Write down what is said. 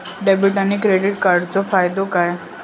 Debit आणि credit कार्डचो फायदो काय?